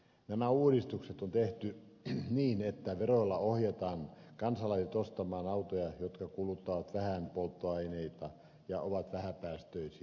nämä uudistukset on tehty niin että veroilla ohjataan kansalaiset ostamaan autoja jotka kuluttavat vähän polttoainetta ja ovat vähäpäästöisiä